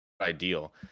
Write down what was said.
ideal